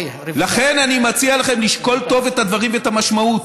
לכן אני מציע לכם לשקול טוב את הדברים ואת המשמעות.